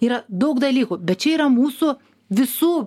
yra daug dalykų bet čia yra mūsų visų